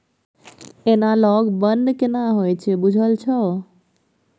Analogue बन्न केना होए छै बुझल छौ?